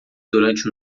durante